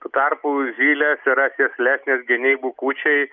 tuo tarpu zylės yra sėslesnės geniai bukučiai